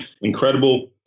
incredible